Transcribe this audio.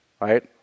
Right